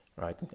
right